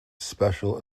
special